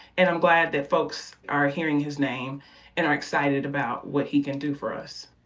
and i'm glad that folks are hearing his name and are excited about what he can do for us.